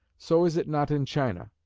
so is it not in china.